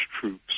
troops